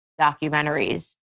documentaries